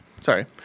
Sorry